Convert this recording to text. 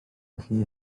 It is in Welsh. felly